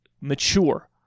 mature